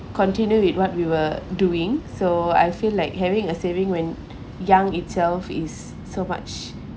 continue with what we were doing so I feel like having a saving when young itself is so much